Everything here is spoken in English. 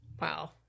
Wow